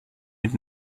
mit